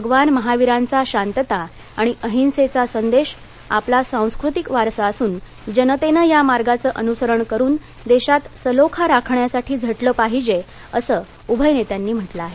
भगवान महावीरांचा शांतता आणि अहिंसेचा संदेश आपला सांस्कृतिक वारसा असून जनतेनं या मार्गाचं अनुसरण करून देशात सलोखा राखण्यासाठी झटलं पाहिजे असं उभय नेत्यांनी म्हंटल आहे